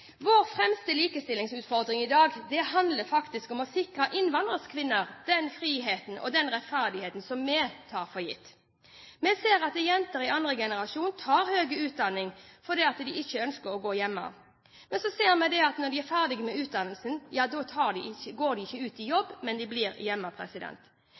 Vår fremste likestillingsutfordring i dag handler faktisk om å sikre innvandrerkvinner den friheten og den rettferdigheten vi tar for gitt. Vi ser at jenter i andregenerasjon tar høy utdanning fordi de ikke ønsker å gå hjemme. Så ser vi at når de er ferdig med utdannelsen, går de ikke ut i jobb, men blir hjemme.